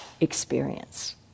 experience